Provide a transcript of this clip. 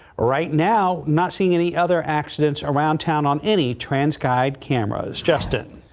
ah right now not seeing any other accidents around town on any transguide cameras, justin.